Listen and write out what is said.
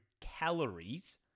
calories